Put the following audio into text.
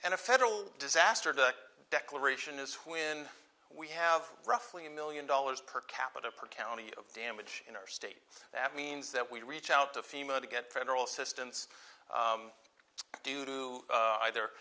and a federal disaster the declaration is when we have roughly a million dollars per capita per county of damage in our state that means that we reach out to female to get federal assistance due to either